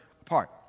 apart